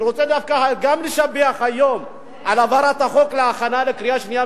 אני רוצה דווקא היום גם לשבח על העברתו להכנה לקריאה שנייה